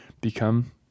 become